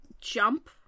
jump